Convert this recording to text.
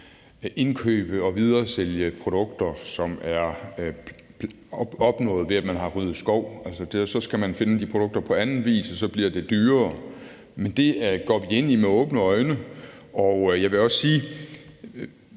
indkøbe og videresælge produkter, som er fremstillet, ved at man har ryddet skov. Så skal man finde de produkter på anden vis, og så bliver det dyrere, men det går vi ind i med åbne øjne. Jeg vil også sige,